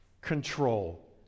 control